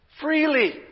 Freely